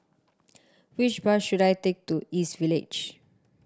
which bus should I take to East Village